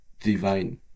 divine